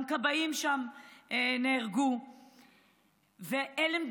גם כבאים נהרגו שם.